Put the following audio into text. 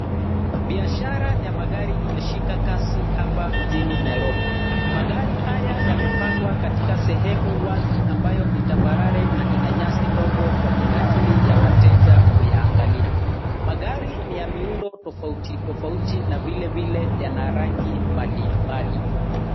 Biashara ya magari imeshika kasi hapa mjini Nairobi. Magari haya yamepangwa katika sehemu wazi ambayo ni tambarare na ina nyasi ndogo kwa minajili ya wateja kuyaangalia. Magari ni ya miundo tofauti tofauti na vilevile yana rangi mbalimbali.